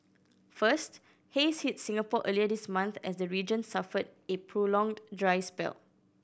first haze hit Singapore earlier this month as the region suffered a prolonged dry spell